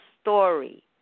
story